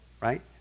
right